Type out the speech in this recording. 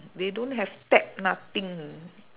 they don't have tap nothing